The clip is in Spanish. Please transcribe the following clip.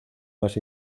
más